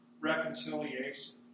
reconciliation